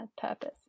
purpose